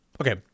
okay